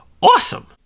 awesome